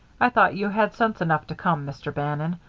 i thought you had sense enough to come, mr. bannon.